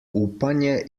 upanje